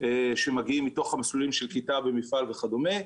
שמגיעים מתוך המסלולים של כיתה במפעל וכדומה.